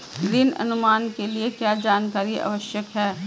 ऋण अनुमान के लिए क्या जानकारी आवश्यक है?